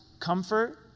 comfort